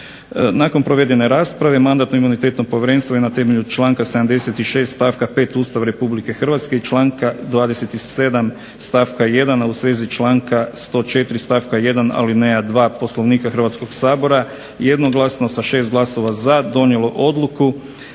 Nakon provedene rasprave Mandatno-imunitetno povjerenstvo je na temelju članka 76. stavka 5. Ustava RH i članka 27. stavka 1., a u svezi članka 104. stavka 1. alineja 2. Poslovnika Hrvatskog sabora jednoglasno sa 6 glasova za donijelo odluku: